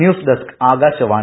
news desk Akashvani